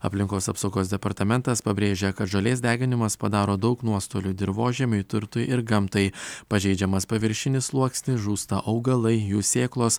aplinkos apsaugos departamentas pabrėžia kad žolės deginimas padaro daug nuostolių dirvožemiui turtui ir gamtai pažeidžiamas paviršinis sluoksnis žūsta augalai jų sėklos